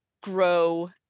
grow